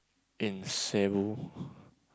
in Cebu